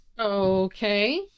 Okay